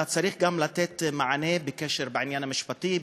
אתה צריך גם לתת מענה בקשר העניין המשפטי,